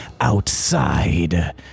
outside